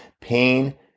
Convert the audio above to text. Pain